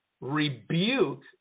rebuke